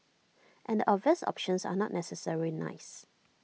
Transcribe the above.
and the obvious options are not necessarily nice